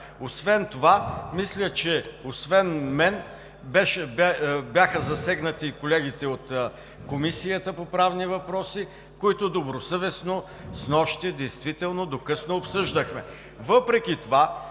Освен това, мисля, че освен мен бяха засегнати и колегите от Комисията по правни въпроси, с които действително добросъвестно снощи до късно обсъждахме.